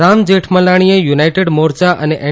રામ જેઠમલાણીએ યુનાઇટેડ મોરચા અને એન